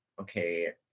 okay